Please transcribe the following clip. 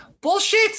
Bullshit